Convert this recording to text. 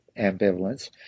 ambivalence